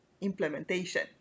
implementation